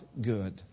good